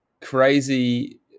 crazy